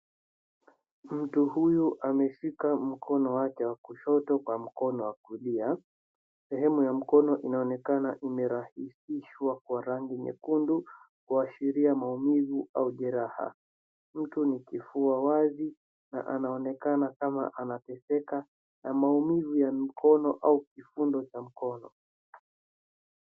Mtu huyu ameshika mkono wake wa kushoto kwa mkono wa kulia. Sehemu ya mkono inaonekana imerasishwa kwa rangi nyekundu kuashiria maumivu au jeraha. Mtu ni kifua wazi na anaonekana kama anateseka na maumivu ya mkono au kifundo cha mkono.